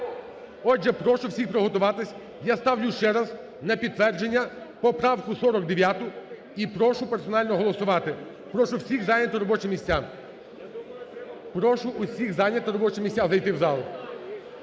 Отже, прошу всіх приготуватись. Я ставлю ще раз на підтвердження поправку 49 і прошу персонально голосувати. Прошу всіх зайняти робочі місця. Прошу всіх зайняти робочі